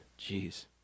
Jeez